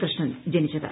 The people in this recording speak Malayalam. കൃഷ്ണൻ ജനിച്ചത്